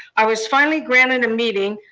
i was finally granted a meeting,